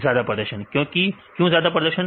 ज्यादा प्रदर्शन क्यों ज्यादा प्रदर्शन